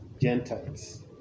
Gentiles